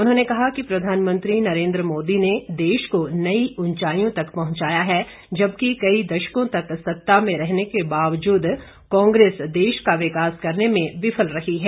उन्होंने कहा कि प्रधानमंत्री नरेंद्र मोदी ने देश को नई ऊंचाई तक पहुंचाया है जबकि कई दशकों तक सत्ता में रहने के बावजूद कांग्रेस देश का विकास करने में विफल रही है